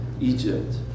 Egypt